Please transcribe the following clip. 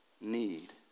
need